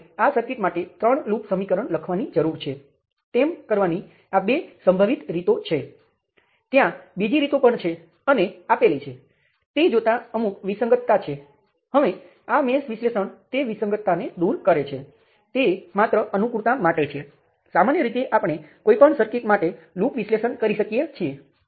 જો રેઝિસ્ટરમાં નિયંત્રિત વોલ્ટેજ હોય તો સ્પષ્ટપણે તેને રેઝિસ્ટરમાંથી કરંટ તરીકે પરત કરી શકાય છે તેથી તેને કરંટ નિયંત્રણ સ્ત્રોત સાથે સમાન રીતે રજુ કરી શકાય છે તેથી જ આપણે આ સરળીકરણ રજૂ કરીએ છીએ